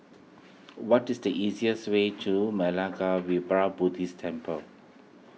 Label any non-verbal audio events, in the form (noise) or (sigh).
what is the easiest way to (unintelligible) Buddhist Temple